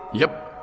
yep.